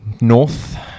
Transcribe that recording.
north